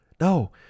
No